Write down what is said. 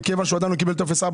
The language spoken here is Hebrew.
מכיוון שהוא עדיין לא קיבל טופס 4,